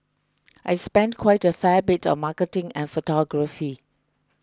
I spend quite a fair bit on marketing and photography